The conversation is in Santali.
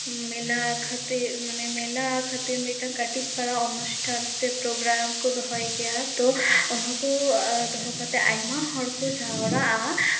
ᱢᱮᱞᱟ ᱠᱷᱟᱹᱛᱤᱨ ᱢᱟᱱᱮ ᱢᱮᱞᱟ ᱠᱷᱟᱹᱛᱤᱨ ᱢᱤᱫᱴᱟᱱ ᱠᱟᱹᱴᱤᱪ ᱯᱟᱨᱟ ᱚᱱᱩᱥᱴᱷᱟᱱ ᱥᱮ ᱯᱨᱳᱜᱨᱟᱢ ᱠᱚ ᱫᱚᱦᱚᱭ ᱜᱮᱭᱟ ᱛᱳ ᱚᱱᱟ ᱠᱚ ᱫᱚᱦᱚ ᱠᱟᱛᱮᱫ ᱟᱭᱢᱟ ᱦᱚᱲᱠᱚ ᱡᱟᱣᱨᱟᱜᱼᱟ